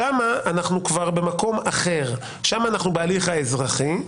שם אנחנו במקום אחר, שם אנחנו בהליך האזרחי.